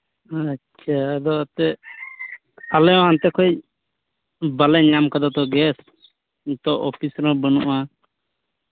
ᱟᱪᱪᱷᱟ ᱟᱫᱚ ᱟᱛᱮᱫ ᱟᱞᱮ ᱚᱱᱛᱮ ᱠᱷᱚᱱ ᱵᱟᱞᱮ ᱧᱟᱢ ᱠᱟᱫᱟ ᱛᱚ ᱜᱮᱥ ᱱᱤᱛᱚᱜ ᱚᱯᱷᱤᱥ ᱨᱮᱦᱚᱸ ᱵᱟᱹᱱᱩᱜᱼᱟ